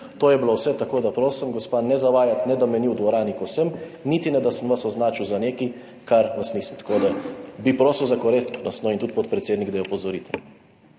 To je bilo vse, tako da prosim, gospa, ne zavajati, ne da me ni v dvorani, ko sem, niti ne, da sem vas označil za nekaj, kar vas nisem. Tako da, bi prosil za korektnost, no, in tudi podpredsednik, da jo opozorite.